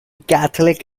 catholic